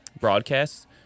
broadcasts